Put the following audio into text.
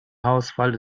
haarausfall